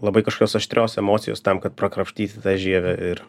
labai kažkokios aštrios emocijos tam kad prakrapštyti tą žievę ir